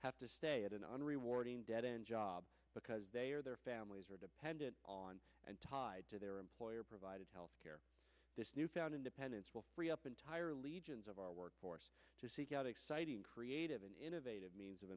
have to at an unrewarding dead end jobs because they or their families are dependent on and tied to their employer provided health care this newfound independence will free up entire legions of our workforce to seek out exciting creative and innovative means of